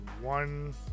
one